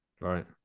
Right